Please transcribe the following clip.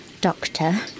doctor